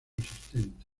asistente